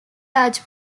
large